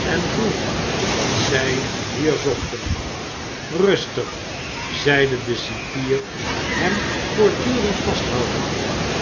en vroeg wat zij hier zochten rustig zeide de cipier hem voortdurend vasthoudende